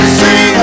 see